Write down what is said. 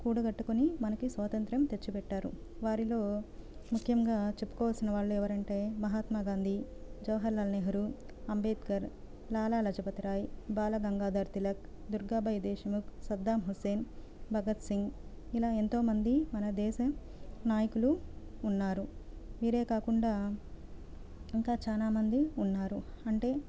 కూడగట్టుకుని మనకి స్వాతంత్య్రం తెచ్చి పెట్టారు వారిలో ముఖ్యంగా చెప్పుకోవాల్సిన వాళ్ళు ఎవరంటే మహాత్మ గాంధీ జవహర్ లాల్ నెహ్రూ అంబేద్కర్ లాలాలజపతిరాయ్ బాలగంగాధర్ తిలక్ దుర్గాబాయ్ దేశముఖ్ సద్దాం హుస్సేన్ భగత్ సింగ్ ఇలా ఎంతో మంది మన దేశ నాయకులు ఉన్నారు వీరే కాకుండా ఇంకా చాలా మంది ఉన్నారు అంటే